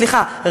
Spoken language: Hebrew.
סליחה,